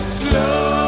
slow